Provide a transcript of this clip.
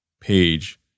page